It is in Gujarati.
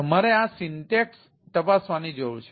તમારે આ સિન્ટેક્સ તપાસવાની જરૂર છે